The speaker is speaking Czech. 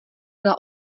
byla